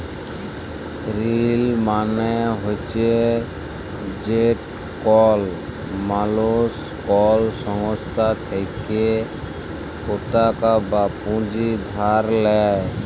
ঋল মালে হছে যেট কল মালুস কল সংস্থার থ্যাইকে পতাকা বা পুঁজি ধার লেই